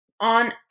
On